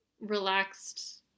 relaxed